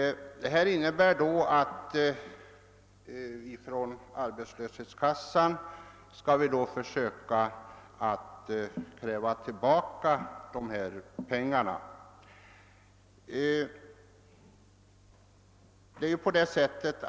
Det innebär att arbetslöshetskassan skall försöka kräva tillbaka pengar av medlemmen.